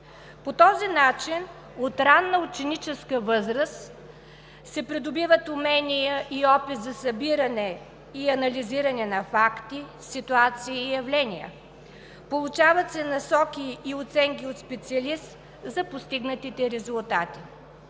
По този начин от ранна ученическа възраст се придобиват умения и опит за събиране и анализиране на факти, ситуации, явления, получават се насоки и оценки от специалист за постигнатите резултати.